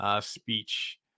speech